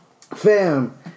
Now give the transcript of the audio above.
Fam